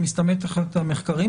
שמסתמנת תחת המחקרים,